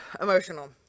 emotional